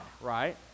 right